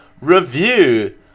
review